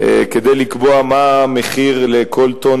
כדי לקבוע מה המחיר לכל טונה